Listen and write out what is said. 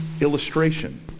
illustration